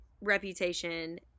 Reputation